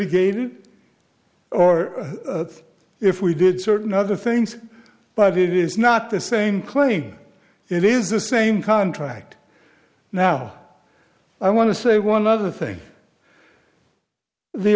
again or if we did certain other things but it is not the same claim it is the same contract now i want to say one other thing the